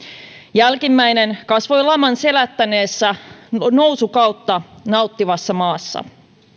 jälkimmäinen kasvoi laman selättäneessä nousukautta nauttivassa maassa